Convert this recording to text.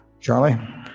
charlie